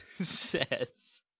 says